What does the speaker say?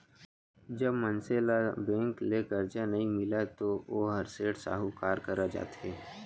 जब मनसे ल बेंक ले करजा नइ मिलय तो वोहर सेठ, साहूकार करा जाथे